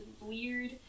weird